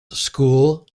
school